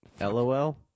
LOL